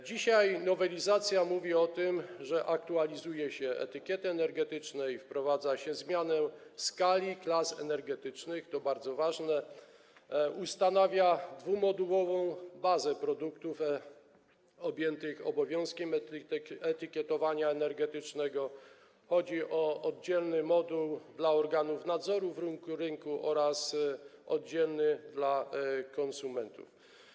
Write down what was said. Dzisiaj nowelizacja mówi o tym, że aktualizuje się etykiety energetyczne i wprowadza się zmianę skali klas energetycznych, to bardzo ważne, ustanawia się dwumodułową bazę produktów objętych obowiązkiem etykietowania energetycznego, chodzi o oddzielny moduł dla organów nadzoru rynku oraz oddzielny dla konsumentów.